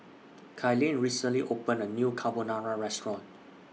Kylene recently opened A New Carbonara Restaurant